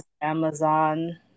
Amazon